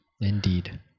Indeed